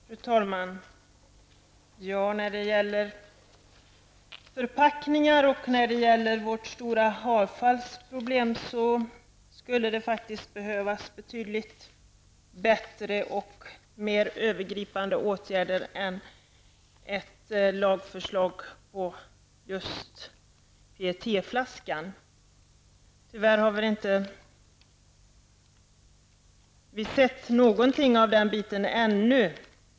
Fru talman! När det gäller förpackningar och det stora avfallsproblemet skulle det behövas betydligt bättre och mera övergripande åtgärder än ett lagförslag om just PET-flaskan. Tyvärr har vi inte sett något förslag ännu.